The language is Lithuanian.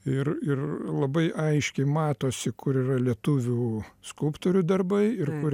ir ir labai aiškiai matosi kur yra lietuvių skulptorių darbai ir kur